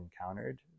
encountered